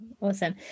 awesome